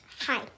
Hi